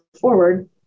forward